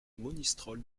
monistrol